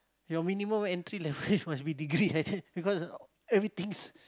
your minimum entry level must be degree I think because everything